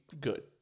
good